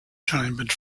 chambered